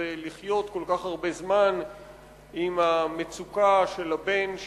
לחיות כל כך הרבה זמן עם המצוקה של הבן,